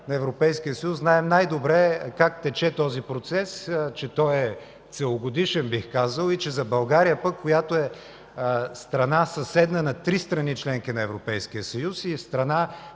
на Европейския съюз, най-добре знаем как тече този процес, че той е целогодишен, бих казал, и за България, която е страна, съседна на три страни – членки на Европейския съюз, и е страна,